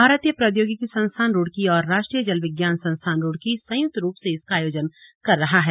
भारतीय प्रौद्योगिकी संस्थान रुड़की और राष्ट्रीय जल विज्ञान संस्थान रुड़की संयुक्त रूप से इसका आयोजन कर रहा है